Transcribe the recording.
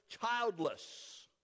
childless